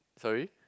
sorry